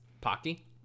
Pocky